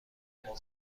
بیرون